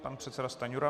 Pan předseda Stanjura.